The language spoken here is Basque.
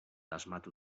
asmatu